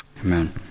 Amen